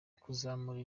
kuzamura